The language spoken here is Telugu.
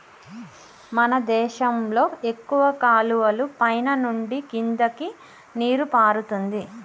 మన దేశంలో ఎక్కువ కాలువలు పైన నుండి కిందకి నీరు పారుతుంది